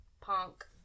Punk